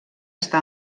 està